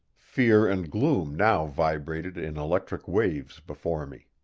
fear and gloom now vibrated in electric waves before me.